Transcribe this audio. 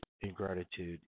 ingratitude